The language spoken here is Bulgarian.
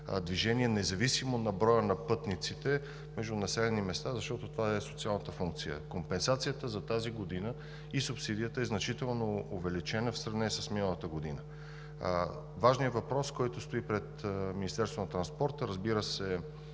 движение, независимо от броя на пътниците, между населени места, защото това е социалната функция. Компенсацията за тази година и субсидията е значително увеличена в сравнение с миналата година. Важният въпрос, който стои пред Министерството на транспорта, разбира се,